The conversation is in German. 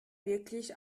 wirklich